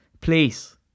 Please